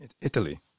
Italy